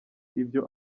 ibyo